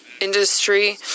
industry